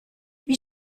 wie